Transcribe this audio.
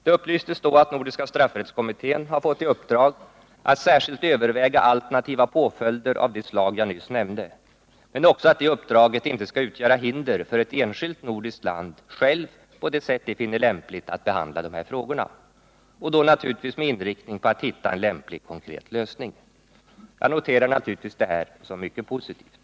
Det upplystes då att Nordiska straffrättskommittén har fått i uppdrag att särskilt överväga alternativa påföljder av det slag jag nyss nämnde, men också att det uppdraget inte skall utgöra hinder för ett enskilt nordiskt land att självt på det sätt det finner lämpligt behandla de här frågorna, naturligtvis med inriktningen att hitta lämplig konkret lösning. Jag noterar givetvis detta sisom mycket positivt.